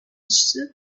soup